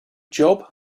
job